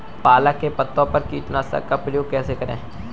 पालक के पत्तों पर कीटनाशक का प्रयोग कैसे करें?